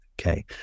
Okay